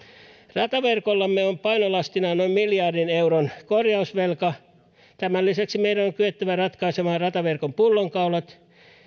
rataverkollamme on painolastinaan noin miljardin euron korjausvelka tämän lisäksi meidän on kyettävä ratkaisemaan rataverkon pullonkaulat